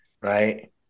Right